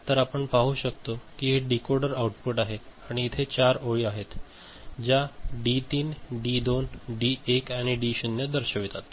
तर आपण पाहू शकतो की हे डीकोडर आउटपुट आहे आणि इथे 4 ओळी आहेत ज्या डी 3 डी 2 डी 1 आणि डी 0 दर्शवितात